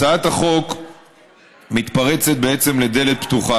הצעת החוק מתפרצת בעצם לדלת פתוחה,